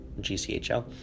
GCHL